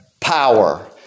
power